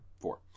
Four